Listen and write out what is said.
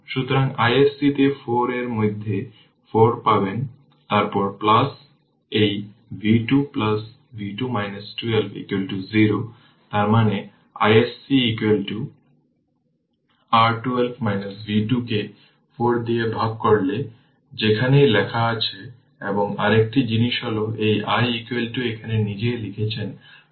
সুতরাং iSC তে 4 এর মধ্যে 4 পাবে তারপর এই v 2 v 2 12 0 তার মানে iSC r 12 v 2 কে 4 দিয়ে ভাগ করলে সেখানেই লেখা আছে এবং আরেকটি জিনিস হল এই i এখানে নিজেই লিখছেন কারণ এখানে ভোল্টেজ v 2